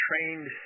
trained